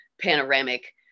panoramic